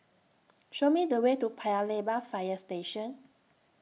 Show Me The Way to Paya Lebar Fire Station